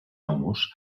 amos